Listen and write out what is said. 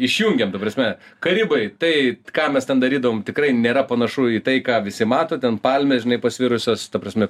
išjungėm ta prasme karibai tai ką mes ten darydavom tikrai nėra panašu į tai ką visi mato ten palmės žinai pasvirusios ta prasme